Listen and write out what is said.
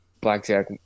Blackjack